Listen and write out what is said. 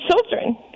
children